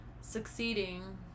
succeeding